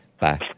Bye